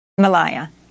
Malaya